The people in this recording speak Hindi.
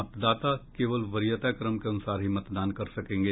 मतदाता केवल वरीयता क्रम के अनुसार ही मतदान कर सकेंगे